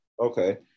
Okay